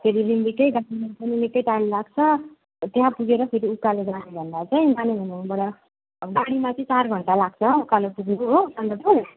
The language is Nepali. फेरि रिम्बिक पनि निकै टाइम लाग्छ त्यहाँ पुगेर फेरि उकालो फेरि उकालो जान्छु भन्दा चाहिँ माने भन्जाङबाट गाडीमा चाहिँ चार घण्टा लाग्छ उकालो पुग्नु हो सन्दकपु